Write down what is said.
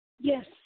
Yes